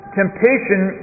temptation